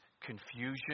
confusion